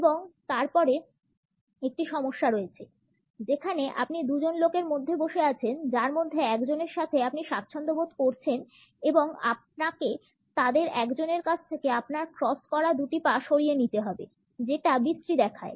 এবং তারপরে একটি সমস্যা রয়েছে যেখানে আপনি দুজন লোকের মধ্যে বসে আছেন যার মধ্যে একজনের সাথে আপনি স্বাচ্ছন্দ্য বোধ করছেন এবং আপনাকে তাদের একজনের কাছ থেকে আপনার ক্রস করা দুটি পা সরিয়ে নিতে হবে যেটা বিশ্রী দেখায়